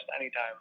anytime